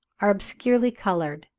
are obscurely coloured.